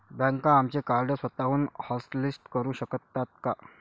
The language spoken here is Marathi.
बँका आमचे कार्ड स्वतःहून हॉटलिस्ट करू शकतात का?